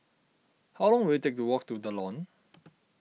how long will it take to walk to the Lawn